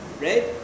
Right